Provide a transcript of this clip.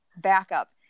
backup